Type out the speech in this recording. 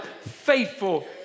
faithful